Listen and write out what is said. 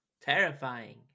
terrifying